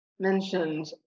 Mentioned